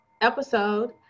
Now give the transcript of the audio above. episode